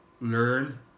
learn